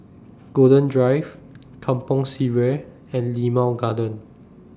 Golden Drive Kampong Sireh and Limau Garden